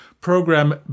program